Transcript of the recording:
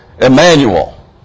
Emmanuel